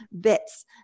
bits